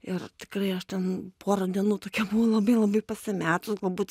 ir tikrai aš ten porą dienų tokia buvau labai labai pasimetus galbūt